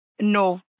no